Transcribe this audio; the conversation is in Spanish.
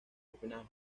copenhague